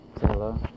hello